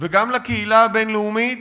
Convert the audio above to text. וגם לקהילה הבין-לאומית